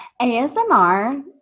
asmr